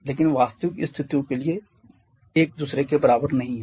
लेकिन वास्तविक स्थितियों के लिए एक दूसरे के बराबर नहीं है